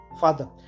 father